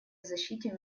защите